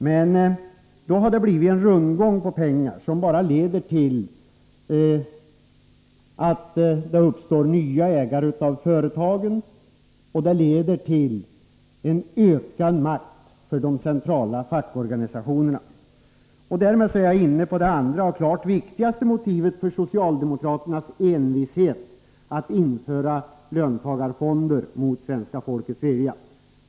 Men då har det blivit en rundgång på pengar, som bara leder till att det uppstår nya ägare av företagen och till en ökad makt för de centrala fackorganisationerna. Därmed är jag inne på det andra och klart viktigaste motivet för socialdemokraternas envishet när det gäller att införa löntagarfonder mot svenska folkets vilja.